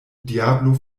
diablo